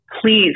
please